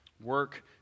Work